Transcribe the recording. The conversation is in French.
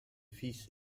fils